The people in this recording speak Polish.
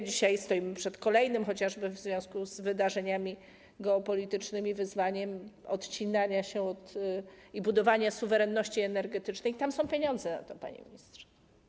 Dzisiaj stoimy przed kolejnym, chociażby w związku z wydarzeniami geopolitycznymi, wyzwaniem odcinania się i budowania suwerenności energetycznej - tam są pieniądze na to, panie ministrze.